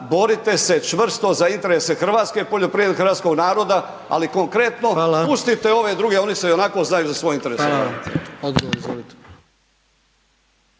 borite se čvrsto za interese hrvatske poljoprivrede, hrvatskog naroda, ali konkretno …/Upadica: Hvala/…pustite ove druge, oni se ionako znaju za svoj interes